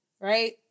right